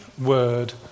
word